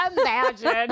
imagine